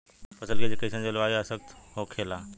फसल के लिए कईसन जलवायु का आवश्यकता हो खेला?